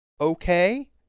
okay